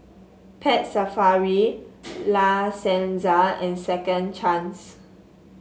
Pet Safari La Senza and Second Chance